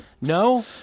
No